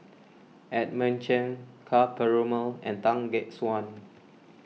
Edmund Cheng Ka Perumal and Tan Gek Suan